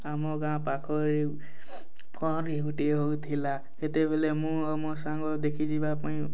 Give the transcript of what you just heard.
ଆମ ଗାଁ ପାଖରେ ଗୋଟେ ହେଉଥିଲା ସେତେବେଳେ ମୁଁ ଆଉ ମୋ ସାଙ୍ଗ ଦେଖି ଯିବା ପାଇଁ